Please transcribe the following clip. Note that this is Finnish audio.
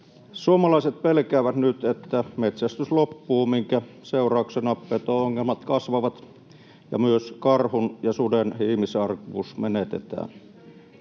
Suomalaiset pelkäävät nyt, että metsästys loppuu, minkä seurauksena peto-ongelmat kasvavat ja myös karhun ja suden ihmisarkuus menetetään.